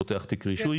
פותח תיק רישוי,